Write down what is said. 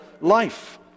life